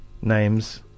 names